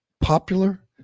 popular